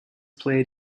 played